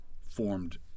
formed